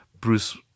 Bruce